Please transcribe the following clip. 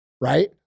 right